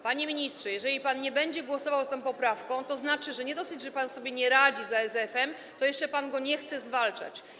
Panie ministrze, jeżeli pan nie będzie głosował za tą poprawką, to znaczy, że nie dosyć że pan sobie nie radzi z ASF-em, to jeszcze pan go nie chce zwalczać.